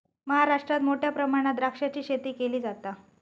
महाराष्ट्रात मोठ्या प्रमाणात द्राक्षाची शेती केली जाता